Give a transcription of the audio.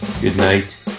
Goodnight